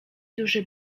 duży